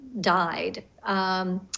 died